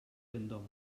vendôme